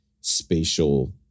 spatial